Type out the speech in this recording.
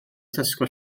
tesco